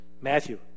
Matthew